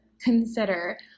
consider